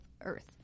Earth